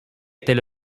était